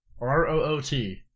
R-O-O-T